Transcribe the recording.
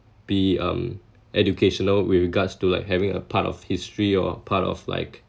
be um educational with regards to like having a part of history or part of like